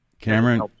Cameron